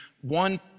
one